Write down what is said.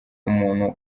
umuntu